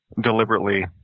deliberately